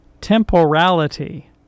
temporality